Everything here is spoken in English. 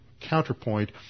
counterpoint